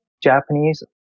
Japanese